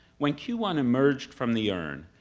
when q one emerged from the urn,